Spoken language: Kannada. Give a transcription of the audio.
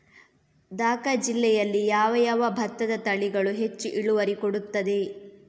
ದ.ಕ ಜಿಲ್ಲೆಯಲ್ಲಿ ಯಾವ ಯಾವ ಭತ್ತದ ತಳಿಗಳು ಹೆಚ್ಚು ಇಳುವರಿ ಕೊಡುತ್ತದೆ?